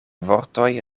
vortoj